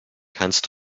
kannst